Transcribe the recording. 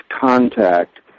contact